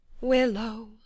Willow